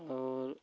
और